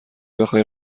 بخای